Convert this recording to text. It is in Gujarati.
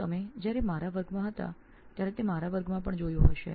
બરાબર જ્યારે આપ મારા વર્ગમાં હતા ત્યારે આપે મારા વર્ગમાં પણ જોયું હશે